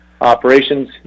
operations